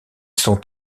sont